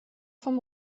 vom